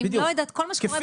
כל מה שקורה בשטח.